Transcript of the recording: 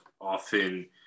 often